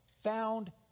found